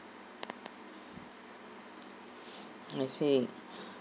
I see